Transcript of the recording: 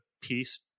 piece